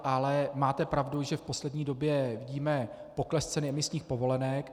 Ale máte pravdu, že v poslední době vidíme pokles ceny emisních povolenek.